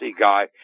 guy